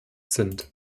sind